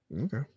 Okay